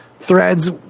threads